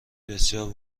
بسیار